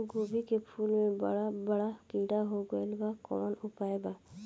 गोभी के फूल मे बड़ा बड़ा कीड़ा हो गइलबा कवन उपाय बा?